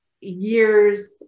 years